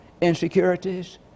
insecurities